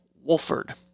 Wolford